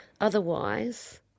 otherwise